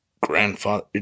grandfather